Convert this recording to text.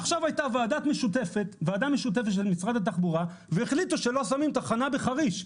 עכשיו הייתה ועדה משותפת של משרד התחבורה והחליטו שלא שמים תחנה בחריש.